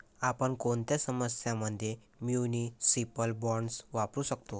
आपण कोणत्या समस्यां मध्ये म्युनिसिपल बॉण्ड्स वापरू शकतो?